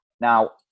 Now